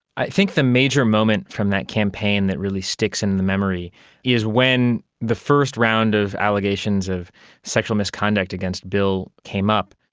i think the major moment from that campaign that really sticks in the memory is when the first round of allegations of sexual misconduct against bill came up.